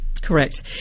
Correct